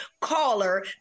caller